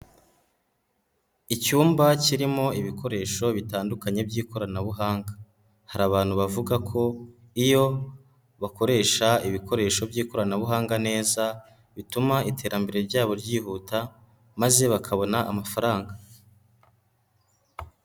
Icyumba kirimo ibikoresho bitandukanye by'ikoranabuhanga, hari abantu bavuga ko iyo bakoresha ibikoresho by'ikoranabuhanga neza bituma iterambere ryabo ryihuta maze bakabona amafaranga.